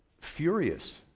furious